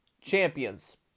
champions